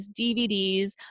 DVDs